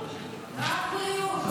רק בריאות.